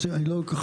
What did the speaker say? אני לא כל כך מבין.